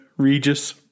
Regis